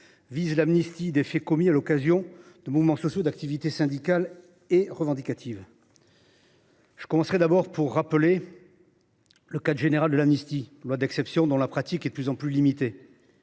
objet l’amnistie des faits commis à l’occasion de mouvements sociaux et d’activités syndicales et revendicatives. Je commencerai tout d’abord par rappeler le cadre général de l’amnistie, loi d’exception dont la pratique est de plus en plus limitée.